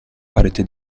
parete